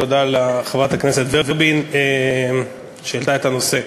תודה לחברת הכנסת ורבין שהעלתה את הנושא,